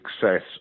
success